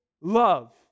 love